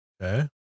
Okay